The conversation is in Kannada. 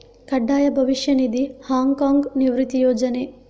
ಕಡ್ಡಾಯ ಭವಿಷ್ಯ ನಿಧಿ, ಹಾಂಗ್ ಕಾಂಗ್ನ ನಿವೃತ್ತಿ ಯೋಜನೆ